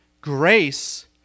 Grace